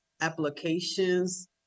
applications